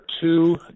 two